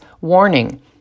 warning